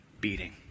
beating